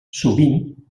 sovint